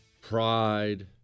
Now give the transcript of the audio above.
pride